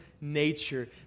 nature